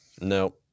No